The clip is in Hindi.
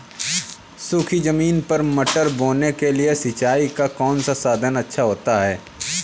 सूखी ज़मीन पर मटर बोने के लिए सिंचाई का कौन सा साधन अच्छा होता है?